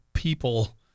people